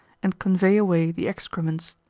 and convey away the excrements.